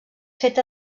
feta